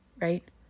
right